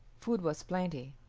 food was plenty.